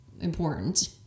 important